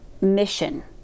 mission